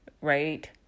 right